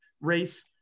race